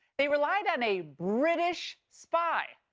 they relied on a british spy,